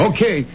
Okay